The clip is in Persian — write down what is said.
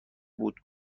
بود